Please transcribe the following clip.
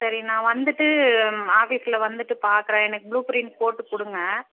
சரி நான் வந்துவிட்டு ஆஃபீஸில் வந்துவிட்டு பார்க்குறேன் எனக்கு ப்ளூ பிரிண்ட் போட்டு கொடுங்க